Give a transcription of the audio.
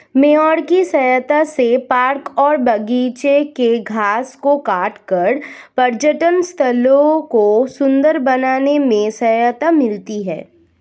mower की सहायता से पार्क और बागिचों के घास को काटकर पर्यटन स्थलों को सुन्दर बनाने में सहायता मिलती है